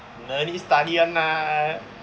no need study [one] lah